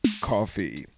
coffee